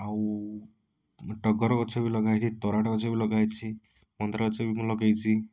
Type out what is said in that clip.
ଆଉ ଟଗର ଗଛ ବି ଲଗାହେଇଛି ତାରାଟ ଗଛ ବି ଲଗାହେଇଛି ମନ୍ଦାର ଗଛ ବି ମୁଁ ଲଗାଇଛି